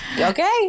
Okay